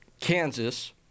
Kansas